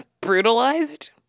brutalized